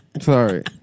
sorry